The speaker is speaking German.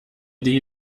die